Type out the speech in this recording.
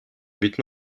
but